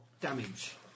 damage